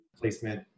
placement